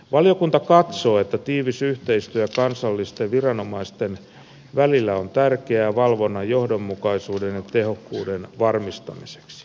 valiokunta katsoo että tiivis yhteistyö kansallisten viranomaisten välillä on tärkeää valvonnan johdonmukaisuuden ja tehokkuuden varmistamiseksi